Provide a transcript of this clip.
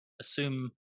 assume